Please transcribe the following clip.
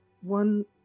one